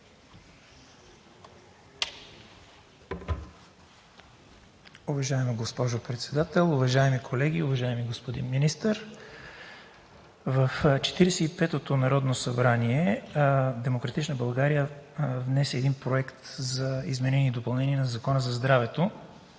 Уважаема госпожо Председател, уважаеми колеги, уважаеми господин Министър! В 45-ото народно събрание „Демократична България“ внесе един проект за изменение и допълнение на Закона за здравето